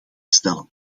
stellen